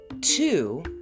two